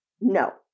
No